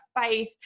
faith